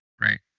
Right